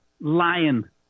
lion